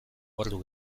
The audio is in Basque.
ordu